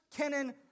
Kenan